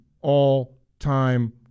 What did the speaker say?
all-time